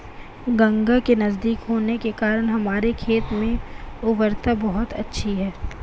गंगा के नजदीक होने के कारण हमारे खेत में उर्वरता बहुत अच्छी है